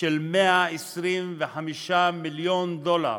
של 125 מיליון דולר.